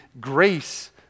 grace